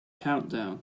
countdown